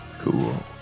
Cool